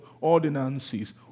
ordinances